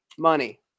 money